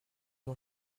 ont